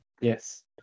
yes